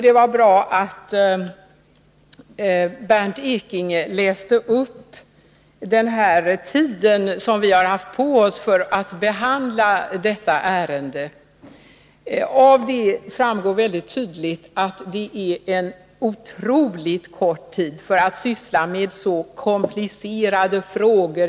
Det var bra att Bernt Ekinge läste upp vilken tid vi har haft på oss för att behandla detta ärende. Därav framgår mycket tydligt att det är otroligt kort tid för att syssla med så komplicerade frågor.